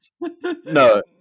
No